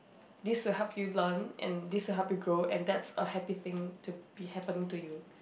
this will help you learn and this will help you grow and that's a happy thing to be happening to you